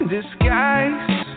Disguise